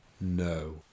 No